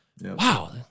wow